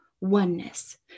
oneness